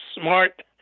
smart